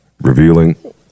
revealing